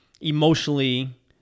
emotionally